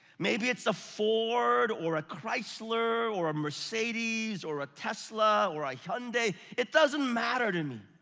maybe it's a ford, or a chrysler, or a mercedes, or a tesla, or a hyundai. it doesn't matter to me.